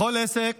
לכל עסק